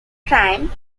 crime